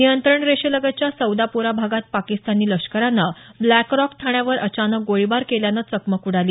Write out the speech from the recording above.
नियंत्रण रेषेलगतच्या सैदापोरा भागात पाकिस्तानी लष्करानं ब्लॅक रॉक ठाण्यावर अचानक गोळीबार केल्यानं चकमक उडाली